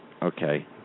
Okay